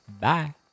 bye